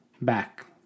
back